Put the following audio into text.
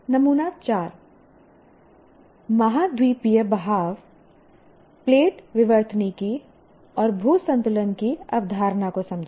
नमूना 4 महाद्वीपीय बहाव प्लेट विवर्तनिकी और भू संतुलन की अवधारणा को समझें